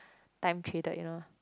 time traded you know